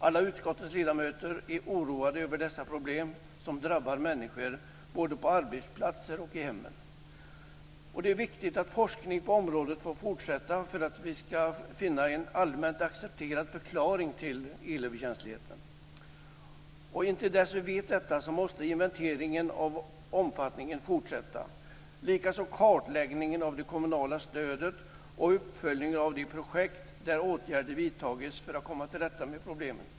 Alla utskottets ledamöter är oroade över dessa problem som drabbar människor både på arbetsplatser och i hemmen. Det är viktigt att forskning på området får fortsätta för att vi skall finna en allmänt accepterad förklaring till elöverkänslighet. Intill dess vi vet detta måste inventeringen av omfattningen fortsätta liksom kartläggning av det kommunala stödet och uppföljning av de projekt där åtgärder vidtagits för att komma till rätta med problemen.